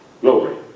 glory